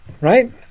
right